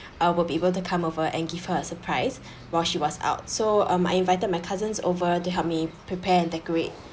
I will be able to come over and give her a surprise while she was out so um I invited my cousins over to help me prepare and decorate